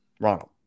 Ronald